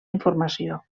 informació